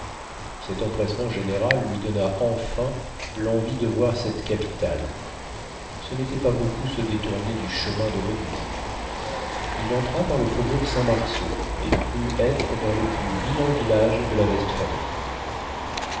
cet empressement général lui donna enfin l'envie de voir cette capitale ce n'était pas beaucoup se détourner du chemin de venise il entra par le faubourg saint-marceau et crut être dans le plus vilain village de la